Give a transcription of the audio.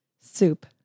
Soup